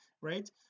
right